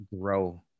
grow